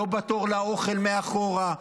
לא בתור לאוכל מאחורה,